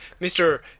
Mr